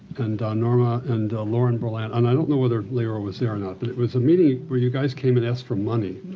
and ah norma and lauren berlant. and i don't know whether leora was there or not. but it was a meeting where you guys came and asked for money.